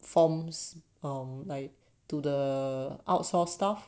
forms um like to the outsource staff